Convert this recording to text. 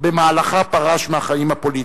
ובמהלכה פרש מהחיים הפוליטיים.